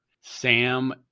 Sam